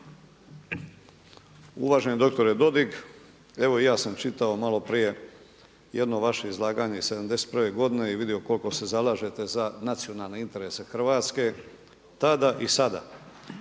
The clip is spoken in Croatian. Uvaženi doktore Dodig, evo i ja sam čitao malo prije jedno vaše izlaganje iz 71. godine i vidio koliko se zalažete za nacionalne interese Hrvatske tada i sada.